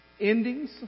endings